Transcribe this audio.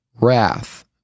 wrath